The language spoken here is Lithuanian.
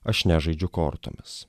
aš nežaidžiu kortomis